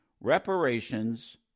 reparations